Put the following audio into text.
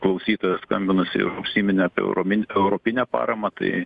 klausytoja skambinusi užsiminė apie euromin europinę paramą tai